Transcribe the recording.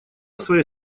своей